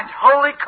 holy